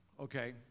okay